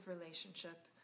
relationship